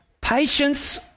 Patience